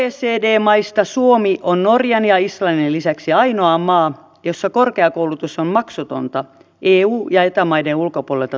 oecd maista suomi on norjan ja islannin lisäksi ainoa maa jossa korkeakoulutus on maksutonta eu ja eta maiden ulkopuolelta tuleville